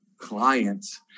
clients